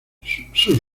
sus